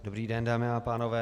Dobrý den, dámy a pánové.